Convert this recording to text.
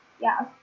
Yes